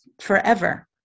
forever